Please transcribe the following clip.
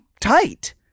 tight